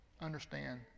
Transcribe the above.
understand